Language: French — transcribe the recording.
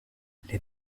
les